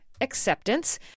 acceptance